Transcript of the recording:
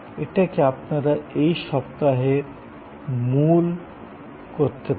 এটাকে আপনারা এই সপ্তাহের মূল করতে পারেন